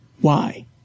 Why